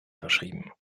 verschrieben